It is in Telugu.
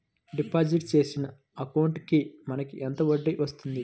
డిపాజిట్ చేసిన అమౌంట్ కి మనకి ఎంత వడ్డీ వస్తుంది?